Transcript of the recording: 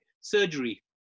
Surgery